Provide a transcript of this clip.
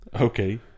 Okay